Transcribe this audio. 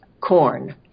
corn